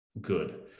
good